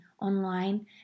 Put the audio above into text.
online